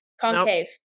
concave